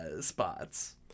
spots